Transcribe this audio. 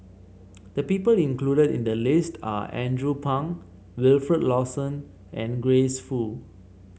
the people included in the list are Andrew Phang Wilfed Lawson and Grace Fu